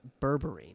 berberine